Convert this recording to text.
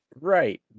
right